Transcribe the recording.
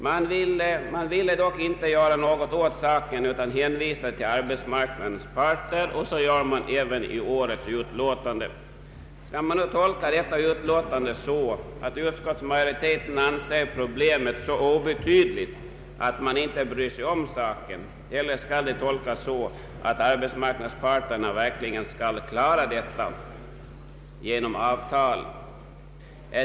Man ville dock inte göra något åt saken utan hänvisade till arbetsmarknadens parter. Så gör man också i årets utlåtande. Skall man tolka detta utlåtande så att utskottsmajoriteten anser problemet så obetydligt att man inte bryr sig om det, eller skall det tolkas så att arbetsmarknadens parter verkligen skall klara semesterfrågorna genom avtal.